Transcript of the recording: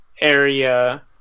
area